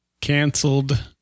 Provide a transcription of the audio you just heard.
Canceled